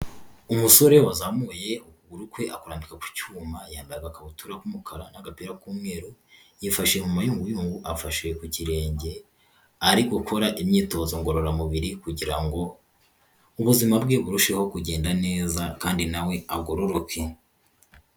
Umusore wazamuye ukuguru kwe akurambika ku cyuma, yambaye agakabutura k'umukara n'agapira k'umweru, yifashe mu mayunguyungu afashe ku kirenge, ari gukora imyitozo ngororamubiri kugira ngo ubuzima bwe burusheho kugenda neza, kandi na we agororoke.